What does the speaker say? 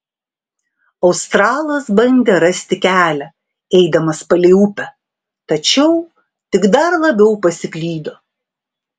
australas bandė rasti kelią eidamas palei upę tačiau tik dar labiau pasiklydo